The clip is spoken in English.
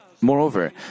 Moreover